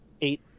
eight